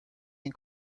این